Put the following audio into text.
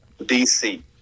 DC